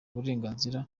uburenganzira